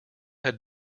had